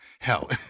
Hell